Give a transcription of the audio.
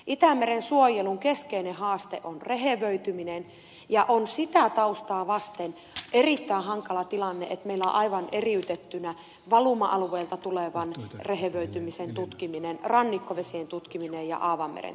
itämeren suojelun keskeinen haaste on rehevöityminen ja sitä taustaa vasten on erittäin hankala tilanne että meillä on aivan eriytettynä valuma alueilta tulevan rehevöitymisen tutkiminen rannikkovesien tutkiminen ja aavan meren tutkiminen